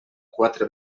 quatre